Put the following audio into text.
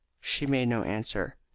she made no answer,